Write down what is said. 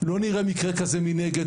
לא נראה מקרה כזה מנגד,